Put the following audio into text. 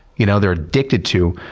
you know they're addicted to.